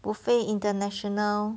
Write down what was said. buffet international